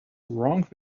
wrong